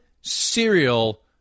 cereal